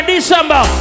December